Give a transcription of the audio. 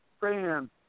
fan